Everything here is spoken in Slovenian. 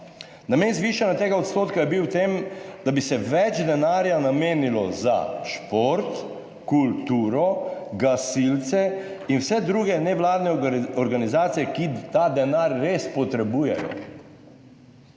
Namen zvišanja tega odstotka je bil v tem, da bi se več denarja namenilo za šport, kulturo, gasilce in vse druge nevladne organizacije, ki ta denar res potrebujejo.